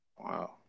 Wow